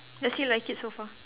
does he like it so far